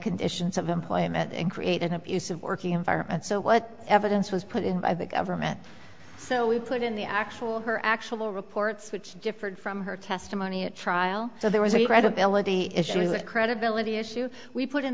conditions of employment and create an abusive working environment so what evidence was put in by the government so we put in the actual her actual reports which differed from her testimony at trial so there was a credibility issue a credibility issue we put in